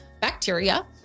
bacteria